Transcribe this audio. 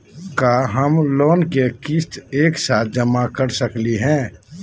का हम लोन के किस्त एक साथ जमा कर सकली हे?